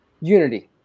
unity